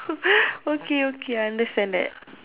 okay okay I understand that